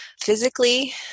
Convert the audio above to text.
physically